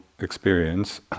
experience